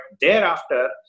thereafter